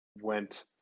went